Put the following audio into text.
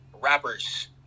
rappers